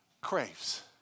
craves